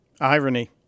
irony